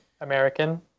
American